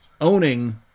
owning